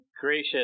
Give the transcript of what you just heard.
gracious